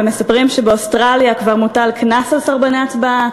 ומספרים שבאוסטרליה כבר מוטל קנס על סרבני הצבעה,